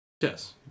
Yes